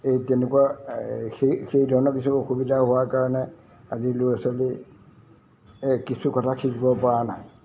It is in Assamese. এই তেনেকুৱা এই সেই ধৰণৰ কিছু অসুবিধা হোৱাৰ কাৰণে আজি ল'ৰা ছোৱালীয়ে কিছু কথা শিকিবপৰা নাই